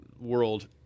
world